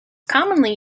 commonly